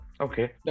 Okay